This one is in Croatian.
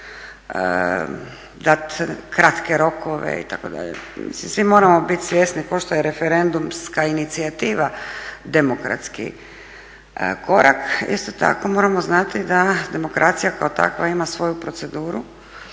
dat kratke rokove itd. Mislim svi moramo bit svjesni kao što je referendumska inicijativa demokratski korak, isto tako moramo znati da demokracija kao takva ima svoju proceduru